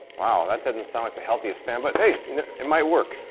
wow that didn't sound like the healthiest fan, but hey it might work.